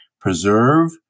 preserve